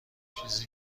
چیزی